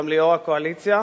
וגם ליו"ר הקואליציה,